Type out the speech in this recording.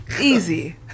Easy